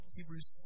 Hebrews